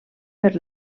per